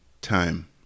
time